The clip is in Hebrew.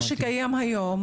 מה שקיים היום,